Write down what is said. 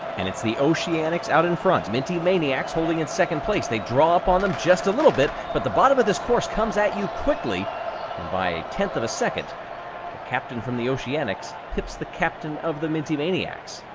and it's the oceanics out in front. minty maniacs holding in second place. they draw up on them just a little bit, but the bottom of this course comes at you quickly, and by a tenth of a second, the captain from the oceanics hips the captain of the minty maniacs.